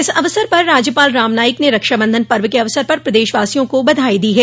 इस अवसर पर राज्यपाल राम नाईक ने रक्षाबंधन पर्व के अवसर पर प्रदशवासियों को बधाई दी है